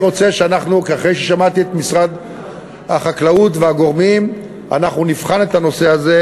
אחרי ששמעתי את משרד החקלאות והגורמים אנחנו נבחן את הנושא הזה,